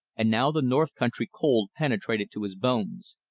and now the north country cold penetrated to his bones.